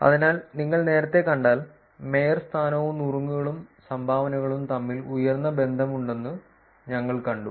അതിനാൽ നിങ്ങൾ നേരത്തെ കണ്ടാൽ മേയർ സ്ഥാനവും നുറുങ്ങുകളും സംഭാവനകളും തമ്മിൽ ഉയർന്ന ബന്ധമുണ്ടെന്ന് ഞങ്ങൾ കണ്ടു